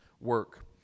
work